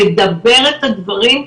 לדבר את הדברים,